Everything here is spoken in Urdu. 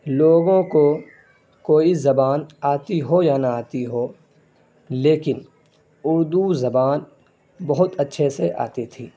لوگوں کو کوئی زبان آتی ہو یا نہ آتی ہو لیکن اردو زبان بہت اچھے سے آتی تھی